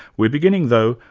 we're beginning though,